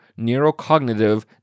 neurocognitive